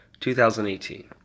2018